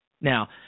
Now